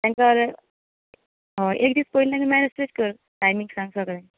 हय एक दीस पयलीं आनी मागीर मॅसेज कर टायमींग सांग सगल्यांक